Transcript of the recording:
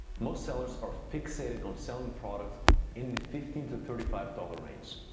most sellers are fixated on selling products in the fifteen to thirty five dollars range.